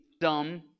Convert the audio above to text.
dumb